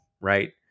right